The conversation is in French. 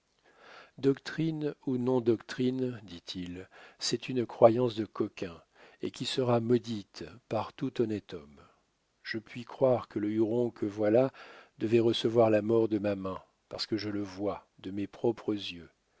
doctrine ou non doctrine dit-il c'est une croyance de coquin et qui sera maudite par tout honnête homme je puis croire que le huron que voilà devait recevoir la mort de ma main parce que je le vois de mes propres yeux